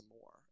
more